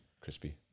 crispy